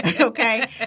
okay